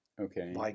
Okay